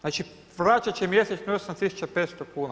Znači, vraćati će mjesečno 8500 kn.